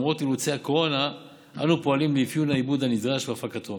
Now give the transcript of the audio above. למרות אילוצי הקורונה אנו פועלים לאפיון העיבוד הנדרש והפקתו